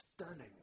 stunning